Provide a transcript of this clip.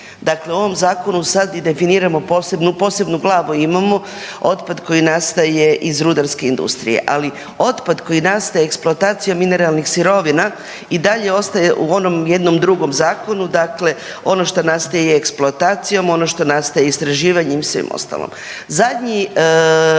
Dakle, u ovom zakonu sad i definiramo posebnu, posebnu glavu imamo otpad koji nastaje iz rudarske industrije, ali otpad koji nastaje eksploatacijom mineralnih sirovina i dalje ostaje u onom jednom drugom zakonu, dakle ono što nastaje i eksploatacijom, ono što nastaje istraživanjem i svim ostalim.